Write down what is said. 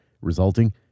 resulting